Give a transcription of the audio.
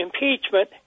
impeachment